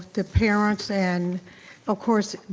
the parents and of course,